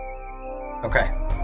okay